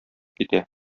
китә